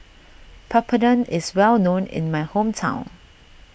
Papadum is well known in my hometown